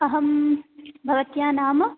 अहं भवत्याः नाम